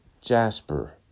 jasper